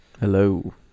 Hello